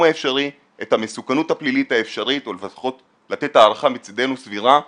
האפשרי את המסוכנות הפלילית האפשרית או לפחות לתת הערכה סבירה מצידנו